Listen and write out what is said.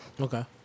Okay